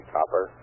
Copper